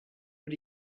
but